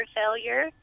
failure